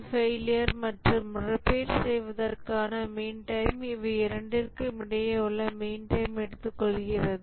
failure மற்றும் repair செய்வதற்கான mean time இவை இரண்டிற்கும் இடையே உள்ள மீன் டைம் எடுத்துக்கொள்கிறது